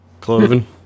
Cloven